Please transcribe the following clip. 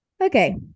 okay